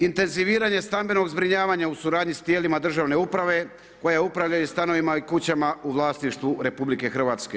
Intenziviranje stambenog zbrinjavanja u suradnji sa tijelima državne uprave koja upravlja stanovima i kućama u vlasništvu RH.